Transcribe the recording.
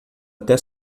até